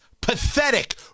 pathetic